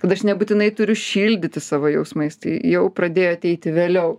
kad aš nebūtinai turiu šildyti savo jausmais tai jau pradėjo ateiti vėliau